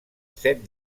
set